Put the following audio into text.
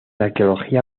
arqueología